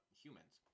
humans